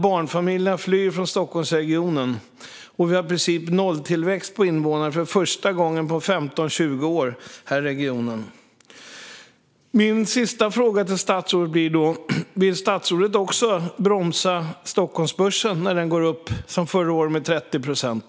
Barnfamiljerna flyr från Stockholmsregionen, och för första gången på 15-20 år har vi i princip nolltillväxt på invånare i regionen. Min sista fråga till statsrådet blir: Vill statsrådet bromsa också Stockholmsbörsen när den går upp? Förra året gick den upp 30 procent.